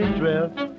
drift